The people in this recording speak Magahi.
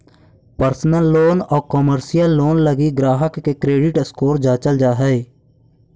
पर्सनल लोन आउ कमर्शियल लोन लगी ग्राहक के क्रेडिट स्कोर जांचल जा हइ